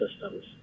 systems